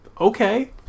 okay